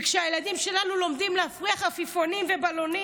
כשהילדים שלנו לומדים להפריח עפיפונים ובלונים,